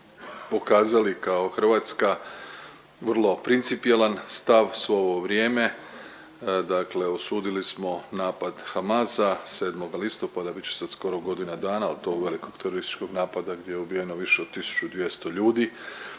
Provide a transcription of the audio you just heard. pokazali kao Hrvatska vrlo principijelan stav svo ovo vrijeme, dakle osudili smo napad Hamasa 7. listopada bit će sad skoro godina dana od tog velikog terorističkog napada gdje je ubijeno više od tisuću 200 ljudi,